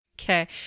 Okay